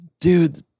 Dude